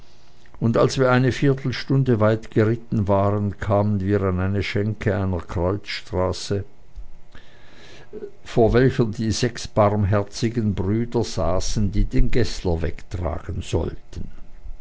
und als wir eine viertelstunde weit geritten waren kamen wir an eine schenke an einer kreuzstraße vor welcher die sechs barmherzigen brüder saßen die den geßler wegtragen sollten